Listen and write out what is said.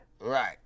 right